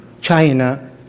China